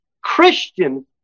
Christian